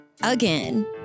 again